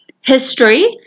history